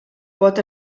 pot